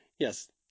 Yes